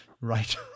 right